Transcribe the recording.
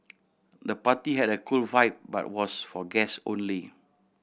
the party had a cool vibe but was for guest only